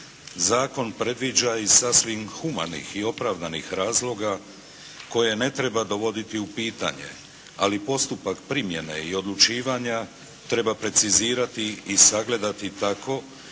zakon predviđa iz sasvim humanih i opravdanih razloga koje ne treba dovoditi u pitanje, ali postupak primjene i odlučivanja treba precizirati i sagledati tako